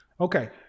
Okay